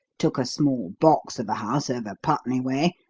took a small box of a house over putney way,